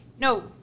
no